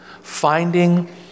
Finding